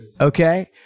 okay